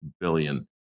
billion